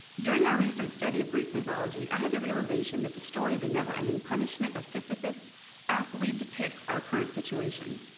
during our recent study of greek mythology, i had the realization that the story of the never ending punishment of sisyphus aptly depicts our current situation.